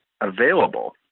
available